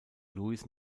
lewis